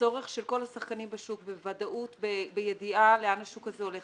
לצורך של כל השחקנים בשוק בוודאות ובידיעה לאן השוק הזה הולך.